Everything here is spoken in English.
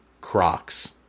Crocs